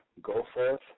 Goforth